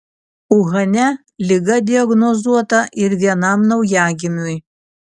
uhane liga diagnozuota ir vienam naujagimiui